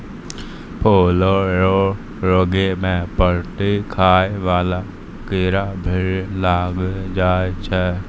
फूलो रो रोग मे पत्ती खाय वाला कीड़ा भी लागी जाय छै